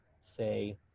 say